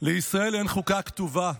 כתובה,